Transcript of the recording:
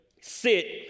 sit